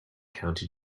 county